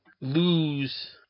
lose